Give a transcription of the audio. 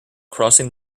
crossing